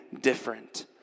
different